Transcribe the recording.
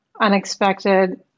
unexpected